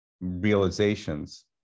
realizations